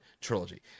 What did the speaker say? trilogy